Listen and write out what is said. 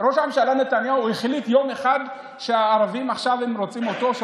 ראש הממשלה נתניהו החליט יום אחד שהערבים עכשיו רוצים אותו?